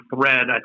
thread